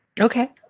Okay